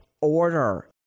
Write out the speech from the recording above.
order